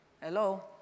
Hello